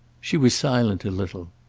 she was silent a little.